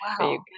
wow